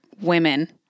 women